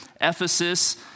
Ephesus